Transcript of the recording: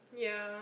ya